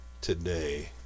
today